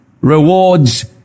rewards